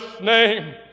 name